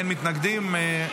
אין מתנגדים.